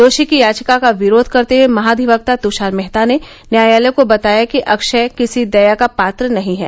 दोषी की याचिका का विरोध करते हुए महाधिवक्ता तुषार मेहता ने न्यायालय को बताया कि अक्षय किसी देया का पात्र नहीं है